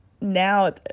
now